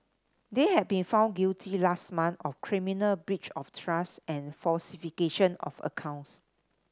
they had been found guilty last month of criminal breach of trust and falsification of accounts